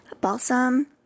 balsam